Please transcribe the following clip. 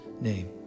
name